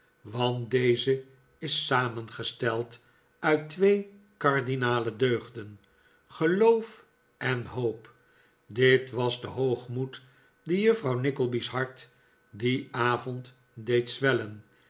want deze is samengesteld uit twee cardinale deugden geloof en hoop dit was de hoogmoed die juffrouw nickleby's hart dien avond deed zwellen